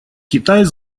китай